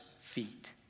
feet